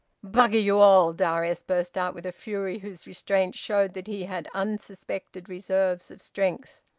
bugger you all! darius burst out with a fury whose restraint showed that he had unsuspected reserves of strength.